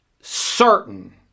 certain